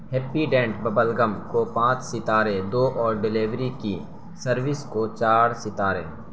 happy dent bubble gum کو پانچ ستارے دو اور ڈیلیوری کی سروس کو چار ستارے